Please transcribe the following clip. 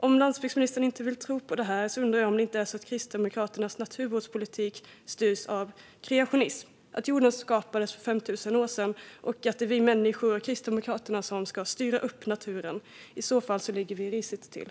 Om landsbygdsministern inte vill tro på det undrar jag om det inte är så att Kristdemokraternas naturvårdspolitik styrs av kreationism, det vill säga att jorden skapades för 5 000 år sedan, och att det är vi människor och Kristdemokraterna som ska styra upp naturen. I så fall ligger vi risigt till.